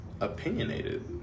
opinionated